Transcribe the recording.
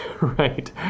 Right